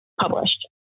published